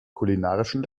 kulinarischen